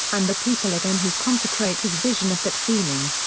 and the people again who consecrate his vision of that feeling.